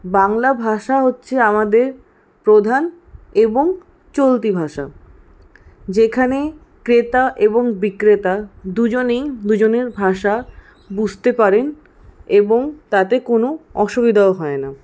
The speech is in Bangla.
বাংলা ভাষা হচ্ছে আমাদের প্রধান এবং চলতি ভাষা যেখানে ক্রেতা এবং বিক্রেতা দুজনেই দুজনের ভাষা বুঝতে পারেন এবং তাতে কোনো অসুবিধাও হয় না